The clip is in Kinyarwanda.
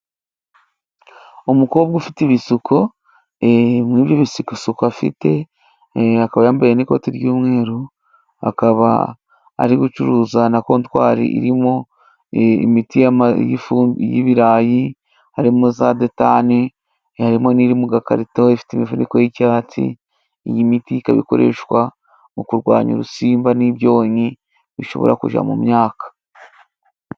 Umukobwa ufite ibisuko, muri ibyo bisuko afite, akaba yambaye n'ikoti ry'umweru, akaba ari gucuruza na kontwari irimo imiti y'ibirayi harimo za detane, harimo n'iri mu gakarito ifite imifuniko y'icyatsi. Iyi miti ikaba ikoreshwa mu kurwanya udusimba n'ibyonnyi bishobora kujya mu myaka.